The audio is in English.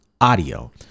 audio